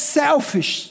selfish